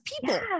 people